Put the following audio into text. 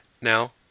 now